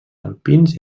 alpins